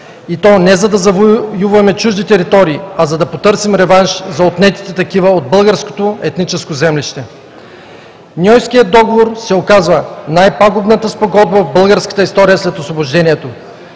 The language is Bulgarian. и то не за да завоюваме чужди територии, а за да потърсим реванш за отнетите такива от българското етническо землище. Ньойският договор се оказва най-пагубната спогодба в българската история след Освобождението.